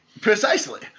Precisely